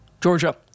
Georgia